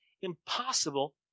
impossible